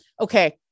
Okay